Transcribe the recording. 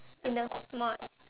in the mark